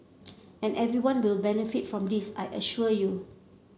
and everyone will benefit from this I assure you